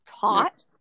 taught